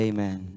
Amen